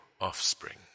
offspring